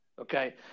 Okay